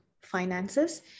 finances